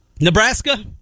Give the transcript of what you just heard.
Nebraska